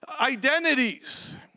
identities